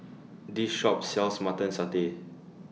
This Shop sells Mutton Satay